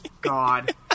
God